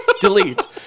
Delete